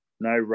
no